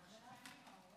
אדוני היושב-ראש,